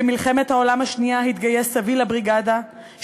במלחמת העולם השנייה התגייס סבי לבריגדה,